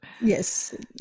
Yes